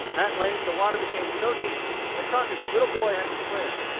at length the water became so deep that crockett's little boy had to swim,